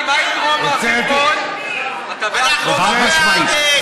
גם אנחנו בעד גוש עציון וההתיישבות בבקעה.